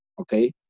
okay